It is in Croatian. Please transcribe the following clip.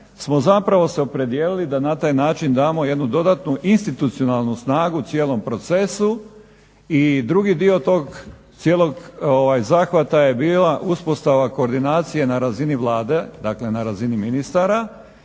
smo zapravo se opredijelili da na taj način damo jednu dodatnu institucionalnu snagu cijelom procesu. I drugi dio tog cijelog zahvata je bila uspostava koordinacije na razini Vlade, dakle na razini ministara